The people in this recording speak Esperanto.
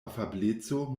afableco